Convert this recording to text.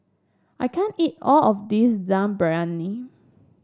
I can't eat all of this Dum Briyani